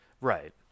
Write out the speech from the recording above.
Right